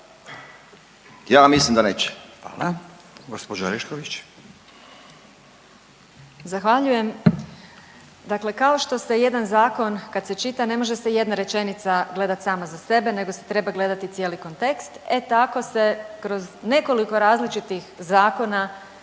ja mislim da neće.